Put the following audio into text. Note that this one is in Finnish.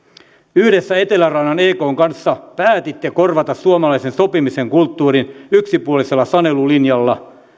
yhdessä etelärannan ekn kanssa päätitte korvata suomalaisen sopimisen kulttuurin yksipuolisella sanelulinjalla